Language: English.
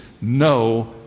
no